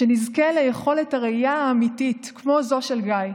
שנזכה ליכולת הראייה האמיתית, כמו זו של גיא.